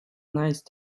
nice